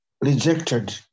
rejected